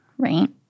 right